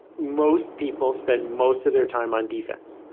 most people spend most of their time on defense,